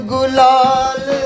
Gulal